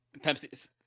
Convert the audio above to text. pepsi